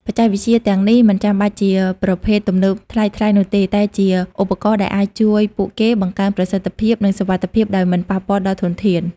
បច្ចេកវិទ្យាទាំងនេះមិនចាំបាច់ជាប្រភេទទំនើបថ្លៃៗនោះទេ តែជាឧបករណ៍ដែលអាចជួយពួកគេបង្កើនប្រសិទ្ធភាព និងសុវត្ថិភាពដោយមិនប៉ះពាល់ដល់ធនធាន។